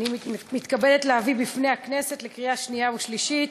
אני מתכבדת להביא בפני הכנסת לקריאה שנייה ושלישית